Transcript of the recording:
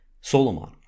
Solomon